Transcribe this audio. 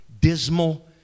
dismal